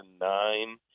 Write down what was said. nine